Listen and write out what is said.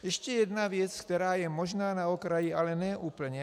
Ještě jedna věc, která je možná na okraji, ale ne úplně.